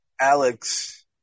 Alex